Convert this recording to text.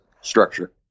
structure